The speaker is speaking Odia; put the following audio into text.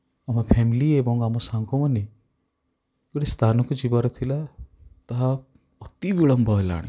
ଆମ ଫ୍ୟାମିଲି ଏବଂ ଆମ ସାଙ୍ଗମାନେ ଗୋଟେ ସ୍ଥାନକୁ ଯିବାର ଥିଲା ତାହା ଅତି ବିଳମ୍ବ ହେଲାଣି